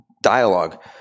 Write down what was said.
dialogue